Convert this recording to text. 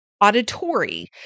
auditory